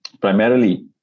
Primarily